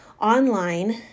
online